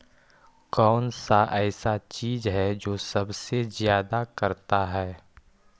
कौन सा ऐसा चीज है जो सबसे ज्यादा करता है?